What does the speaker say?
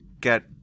get